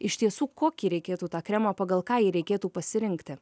iš tiesų kokį reikėtų tą kremą pagal ką jį reikėtų pasirinkti